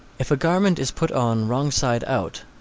if a garment is put on wrong side out,